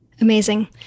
Amazing